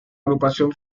agrupación